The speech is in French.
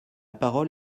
parole